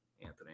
Anthony